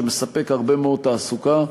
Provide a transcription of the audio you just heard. שמספק הרבה מאוד תעסוקה,